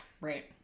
Right